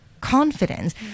confidence